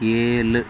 ஏழு